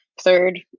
third